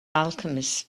alchemists